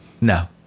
No